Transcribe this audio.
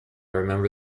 remember